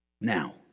now